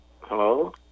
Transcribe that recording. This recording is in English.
Hello